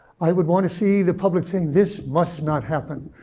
i would want to see the public saying, this must not happen.